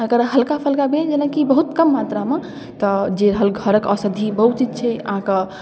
अगर हल्का फल्का भेल जेनाकि बहुत कम मात्रामे तऽ जे घरके औषधि बहुत चीज छै अहाँके